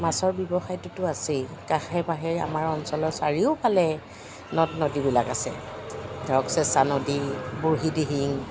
মাছৰ ব্যৱসায়টোতো আছেই কাষে কাষে আমাৰ অঞ্চলৰ চাৰিওফালে নদ নদীবিলাক আছে ধৰক চেঁচা নদী বুঢ়ীদিহিং